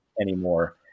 anymore